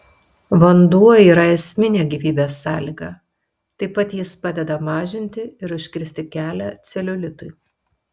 vanduo yra esminė gyvybės sąlyga taip pat jis padeda mažinti ir užkirsti kelią celiulitui